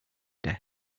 death